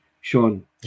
Sean